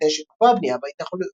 בתנאי שתוקפא הבניה בהתנחלויות.